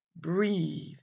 breathe